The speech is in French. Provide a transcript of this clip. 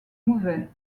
mauvais